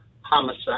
homicide